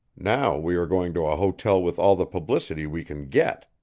now we are going to a hotel with all the publicity we can get.